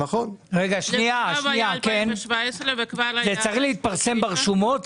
לפניו היה 2017. זה צריך להתפרסם ברשומות?